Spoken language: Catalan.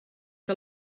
que